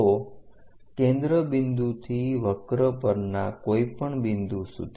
તો કેન્દ્ર બિંદુથી વક્ર પરના કોઈપણ બિંદુ સુધી